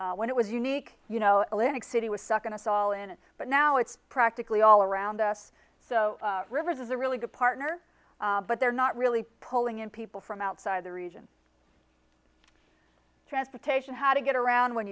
when it was unique you know linux city was sucking us all in but now it's practically all around us so rivers is a really good partner but they're not really pulling in people from outside the region transportation how to get around when